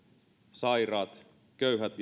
sairaat köyhät